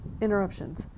interruptions